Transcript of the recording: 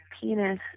penis